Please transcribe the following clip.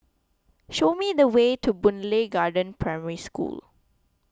show me the way to Boon Lay Garden Primary School